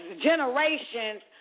generations